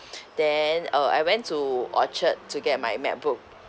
then uh I went to orchard to get my macbook